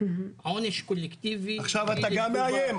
עונש קולקטיבי --- עכשיו גם אתה מאיים?